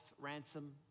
ransom